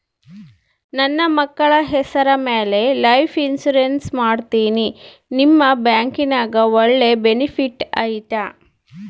ನನ್ನ ಮಕ್ಕಳ ಹೆಸರ ಮ್ಯಾಲೆ ಲೈಫ್ ಇನ್ಸೂರೆನ್ಸ್ ಮಾಡತೇನಿ ನಿಮ್ಮ ಬ್ಯಾಂಕಿನ್ಯಾಗ ಒಳ್ಳೆ ಬೆನಿಫಿಟ್ ಐತಾ?